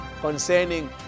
concerning